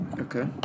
Okay